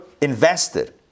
invested